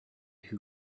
who